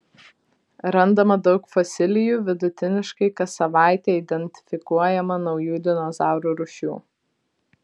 randama daug fosilijų vidutiniškai kas savaitę identifikuojama naujų dinozaurų rūšių